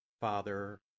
Father